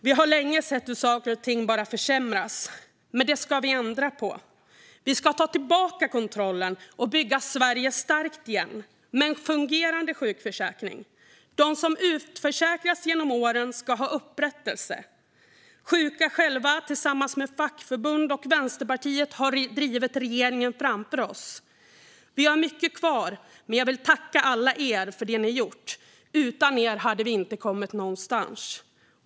Vi har länge sett hur saker och ting bara försämras, men det ska vi ändra på. Vi ska ta tillbaka kontrollen och bygga Sverige starkt igen, med en fungerande sjukförsäkring. De som utförsäkrats genom åren ska ha upprättelse. Sjuka personer har själva, tillsammans med fackförbund och Vänsterpartiet, drivit regeringen framför sig. Vi har mycket kvar, men jag vill tacka alla er för det ni gjort. Utan er hade vi inte kommit någonstans.